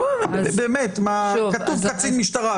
באמת מה, כתוב: קצין משטרה.